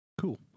cool